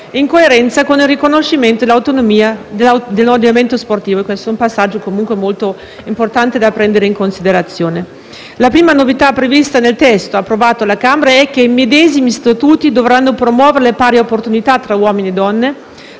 in coerenza con il riconoscimento dell'autonomia dell'ordinamento sportivo. Questo è un passaggio comunque molto importante da prendere in considerazione. La prima novità prevista nel testo approvato alla Camera è che i medesimi statuti dovranno promuovere le pari opportunità tra uomini e donne.